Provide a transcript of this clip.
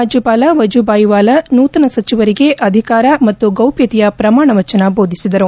ರಾಜ್ಲಪಾಲ ವಜೂಭಾಯ್ ವಾಲಾ ನೂತನ ಸಚಿವರಿಗೆ ಅಧಿಕಾರ ಮತ್ತು ಗೌಪ್ಲತೆಯ ಪ್ರಮಾಣವಚನ ದೋಧಿಸಿದರು